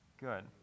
good